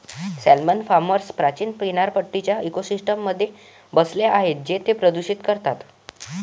salmon farms प्राचीन किनारपट्टीच्या इकोसिस्टममध्ये बसले आहेत जे ते प्रदूषित करतात